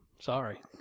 Sorry